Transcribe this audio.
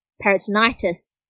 peritonitis